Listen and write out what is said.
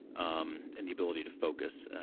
um and the ability to focus.